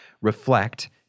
reflect